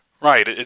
Right